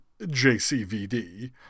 JCVD